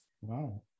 Wow